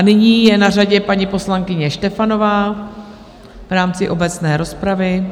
Nyní je na řadě paní poslankyně Štefanová v rámci obecné rozpravy.